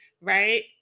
right